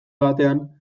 batean